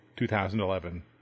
2011